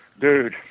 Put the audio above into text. dude